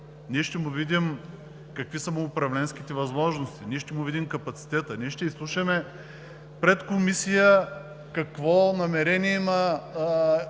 ние ще видим какви са му управленските възможности, ще му видим капацитета, ще изслушаме пред Комисията какво намерение има